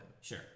Sure